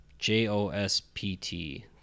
JOSPT